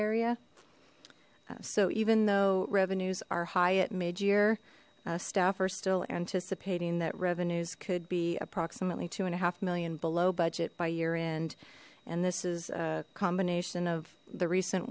area so even though revenues are high at mid year staff are still anticipating that revenues could be approximately two and a half million below budget by year end and this is a combination of the recent